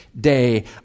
day